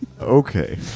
Okay